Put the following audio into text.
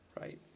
Right